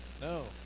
No